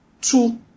two